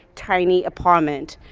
tiny apartment.